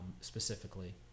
specifically